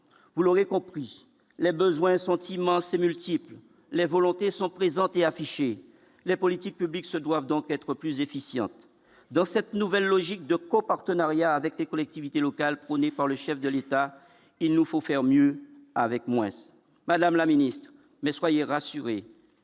vous l'aurez compris les besoins sont immenses et multiplie les volontés sont présentés afficher les politiques publiques se doivent donc être plus efficiente dans cette nouvelle logique de co-partenariat avec les collectivités locales, prônée par le chef de l'État, il nous faut faire mieux avec moins, madame la Ministre, mais soyez rassurés.